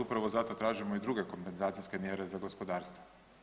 Upravo zato tražimo i druge kompenzacijske mjere za gospodarstvo.